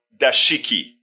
dashiki